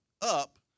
up